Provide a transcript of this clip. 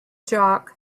jock